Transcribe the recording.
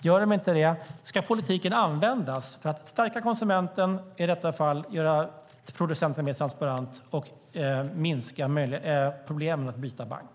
Gör de inte det ska politiken användas för att i detta fall stärka konsumenten, göra producenten mer transparent och minska problemen med att byta bank.